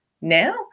Now